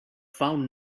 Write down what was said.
found